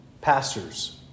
pastors